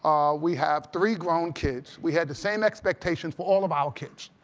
we have three grown kids. we had the same expectations for all of our kids.